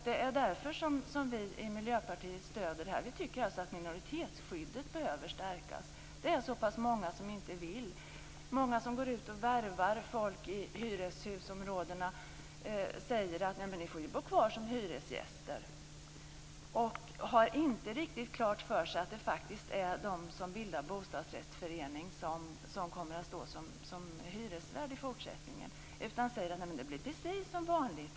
Det är därför som vi i Miljöpartiet stöder detta. Vi tycker alltså att minoritetsskyddet behöver stärkas. Det är så pass många som inte vill. Många som går ut och värvar folk i hyreshusområdena säger: Men ni får ju bo kvar som hyresgäster. De har inte riktigt klart för sig att det faktiskt är de som bildar bostadsrättsförening som kommer att stå som hyresvärd i fortsättningen, utan de säger: Det blir precis som vanligt.